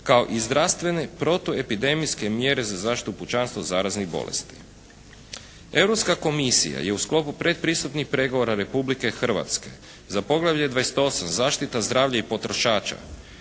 kao i zdravstvene protu epidemijske mjere za zaštitu pučanstva od zaraznih bolesti. Europska je komisija je u sklopu pred pristupnih pregovora Republike Hrvatske za poglavlje 28. zaštita zdravlja i potrošača